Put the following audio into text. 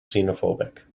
xenophobic